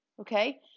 Okay